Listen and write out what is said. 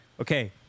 okay